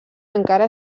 encara